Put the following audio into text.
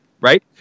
Right